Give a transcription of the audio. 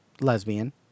lesbian